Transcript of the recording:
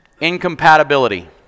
incompatibility